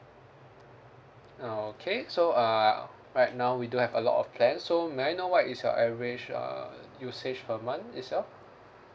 okay so uh right now we do have a lot of plans so may I know what is your average uh usage per month itself